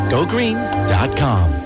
GoGreen.com